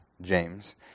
James